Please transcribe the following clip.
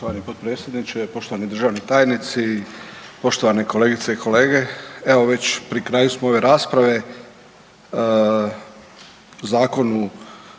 Poštovani potpredsjedniče, poštovani državni tajnici, poštovane kolegice i kolege, evo već pri kraju smo ove rasprave o Zakonu